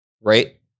right